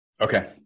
Okay